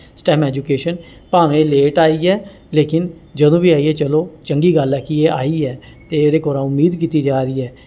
stem education भावें late आई ऐ लेकिन जदूं बी आई ऐ चलो चंगी गल्ल ऐ कि एह् आई ऐ ते एह्दे कोला उम्मीद कीती जा दी ऐ